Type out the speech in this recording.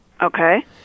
Okay